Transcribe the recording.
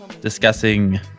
discussing